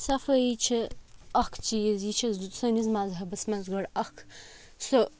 صفٲیی چھِ اَکھ چیٖز یہِ چھِ سٲنِس مذہَبَس منٛز گۄڈٕ اَکھ سُہ